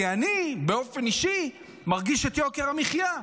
כי אני באופן אישי מרגיש את יוקר המחיה.